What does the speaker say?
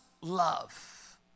love